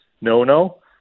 no-no